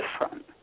different